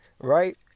right